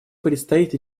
предстоит